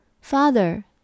Father